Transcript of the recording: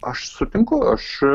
aš sutinku aš